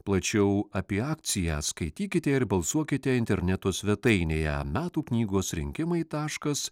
plačiau apie akciją skaitykite ir balsuokite interneto svetainėje metų knygos rinkimai taškas